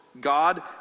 God